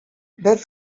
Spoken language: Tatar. бер